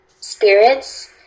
spirits